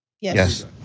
Yes